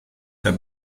the